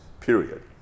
period